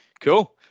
cool